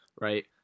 right